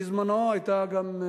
בזמנו היתה גם,